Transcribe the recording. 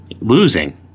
losing